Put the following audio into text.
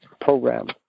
program